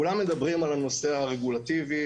כולם מדברים על הנושא הרגולטיבי.